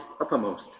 uppermost